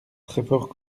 treffort